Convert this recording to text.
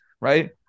Right